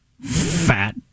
Fat